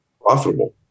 profitable